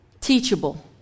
teachable